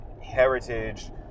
heritage